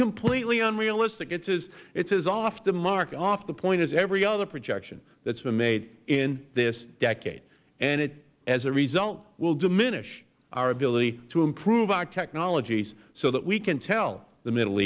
completely unrealistic it is off the mark and off the point as every other projection that has been made in this decade and it as a result will diminish our ability to improve our technologies so that we can tell the middle